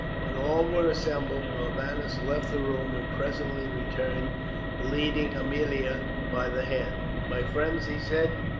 when all were assembled norbanus left the room, and presently returned leading aemilia by the hand. my friends, he said,